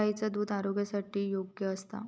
गायीचा दुध आरोग्यासाठी योग्य असता